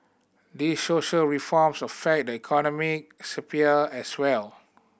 these social reforms affect the economic sphere as well